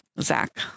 Zach